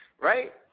Right